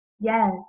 Yes